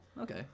okay